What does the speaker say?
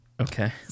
okay